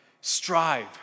strive